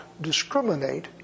discriminate